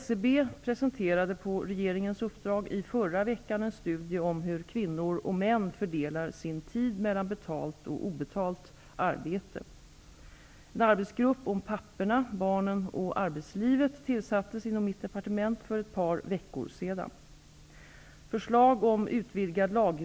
SCB presenterade på regeringens uppdrag i förra veckan en studie om hur kvinnor och män fördelar sin tid mellan betalt och obetalt arbete. En arbetsgrupp om papporna, barnen och arbetslivet tillsattes inom mitt departement för ett par veckor sedan.